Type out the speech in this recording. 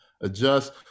adjust